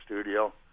studio